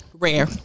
Rare